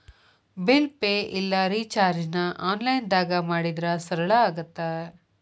bill pay ಇಲ್ಲಾ ರಿಚಾರ್ಜ್ನ ಆನ್ಲೈನ್ದಾಗ ಮಾಡಿದ್ರ ಸರಳ ಆಗತ್ತ